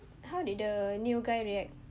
how did the new guy react